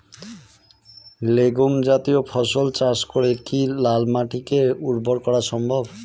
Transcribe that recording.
Legume জাতীয় ফসল চাষ করে কি লাল মাটিকে উর্বর করা সম্ভব?